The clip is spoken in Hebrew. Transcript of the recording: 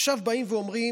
עכשיו באים ואומרים: